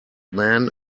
man